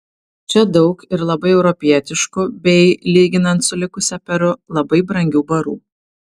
čia daug ir labai europietiškų bei lyginant su likusia peru labai brangių barų